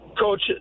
Coach